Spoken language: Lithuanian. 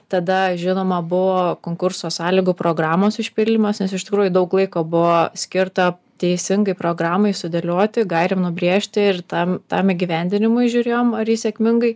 tada žinoma buvo konkurso sąlygų programos išpildymas nes iš tikrųjų daug laiko buvo skirta teisingai programai sudėlioti galim nubrėžti ir tam tam įgyvendinimui žiūrėjom ar ji sėkmingai